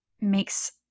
makes